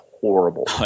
horrible